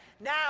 Now